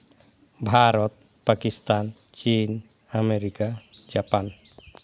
ᱵᱷᱟᱨᱚᱛ ᱯᱟᱠᱤᱥᱛᱟᱱ ᱪᱤᱱ America Japan